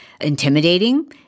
intimidating